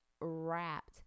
wrapped